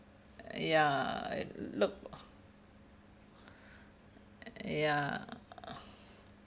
ya look ya